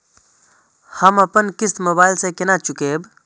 हम अपन किस्त मोबाइल से केना चूकेब?